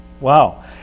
Wow